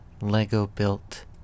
Lego-built